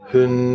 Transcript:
Hun